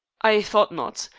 i thought not.